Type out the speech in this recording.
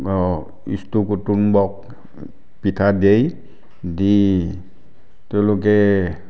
east কুটুম্বক পিঠা দিয়ে দি তেওঁলোকে